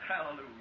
Hallelujah